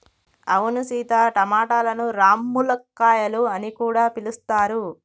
అవును సీత టమాటలను రామ్ములక్కాయాలు అని కూడా పిలుస్తారు